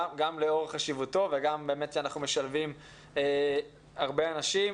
גם לאור חשיבותו וגם באמת כי אנחנו משלבים הרבה אנשים.